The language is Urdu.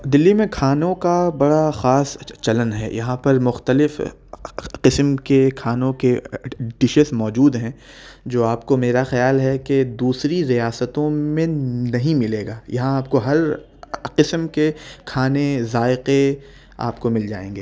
دِلّی میں کھانوں کا بڑا خاص چلن ہے یہاں پر مختلف قِسم کے کھانوں کے دشز موجود ہیں جو آپ کو میرا خیال ہے کہ دوسری ریاستوں میں نہیں ملے گا یہاں آپ کو ہر قِسم کے کھانے ذائقے آپ کو مل جائیں گے